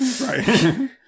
Right